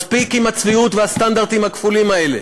מספיק עם הצביעות והסטנדרטים הכפולים האלה.